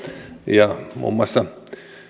ja muun muassa